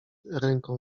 ręką